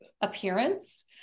appearance